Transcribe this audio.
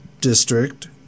district